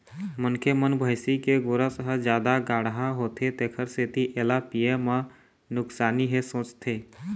मनखे मन भइसी के गोरस ह जादा गाड़हा होथे तेखर सेती एला पीए म नुकसानी हे सोचथे